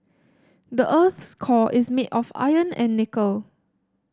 the earth's core is made of iron and nickel